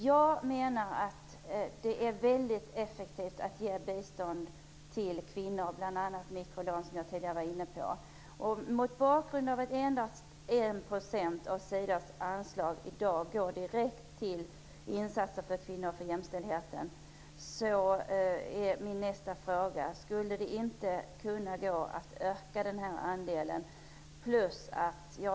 Jag menar att det är effektivt att ge bistånd till kvinnor, bl.a. mikrolån, som jag nämnde tidigare. Mot bakgrund av att endast 1 % av Sidas anslag i dag går direkt till insatser för kvinnor och jämställdhet, undrar jag om det inte går att öka andelen?